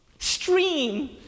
Stream